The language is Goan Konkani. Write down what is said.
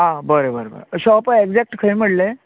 आं बरें बरें बरें शोपा एक्जेक्ट खंय म्हणलें